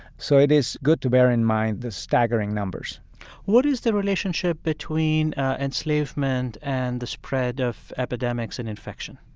so it is good to bear in mind the staggering numbers what is the relationship between enslavement and the spread of epidemics and infection?